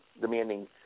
demanding